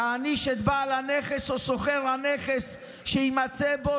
תעניש את בעל הנכס או שוכר הנכס שיימצא בו